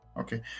Okay